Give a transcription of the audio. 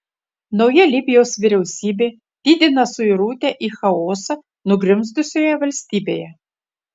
nauja libijos vyriausybė didina suirutę į chaosą nugrimzdusioje valstybėje